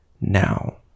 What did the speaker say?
now